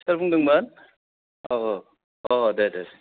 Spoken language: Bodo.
सोर बुंदोंमोन औ औ औ औ दे दे